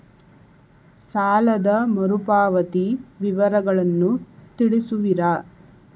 ಸಾಲದ ಮರುಪಾವತಿ ವಿವರಗಳನ್ನು ತಿಳಿಸುವಿರಾ?